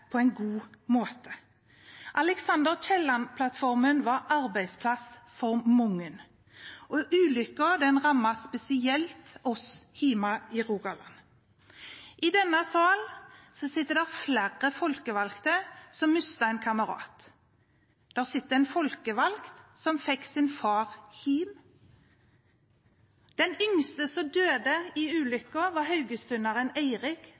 på en god måte? Alexander L. Kielland-plattformen var arbeidsplass for mange. Ulykken rammet spesielt oss hjemme i Rogaland. I denne salen sitter det flere folkevalgte som mistet en kamerat. Det sitter en folkevalgt som fikk sin far hjem. Den yngste som døde i